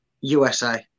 usa